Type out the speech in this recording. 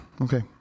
Okay